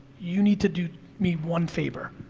you need to do me one favor.